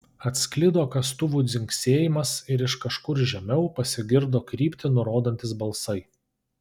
atsklido kastuvų dzingsėjimas ir iš kažkur žemiau pasigirdo kryptį nurodantys balsai